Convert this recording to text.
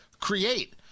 create